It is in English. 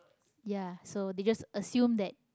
ya so they just assume that